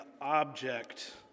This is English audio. object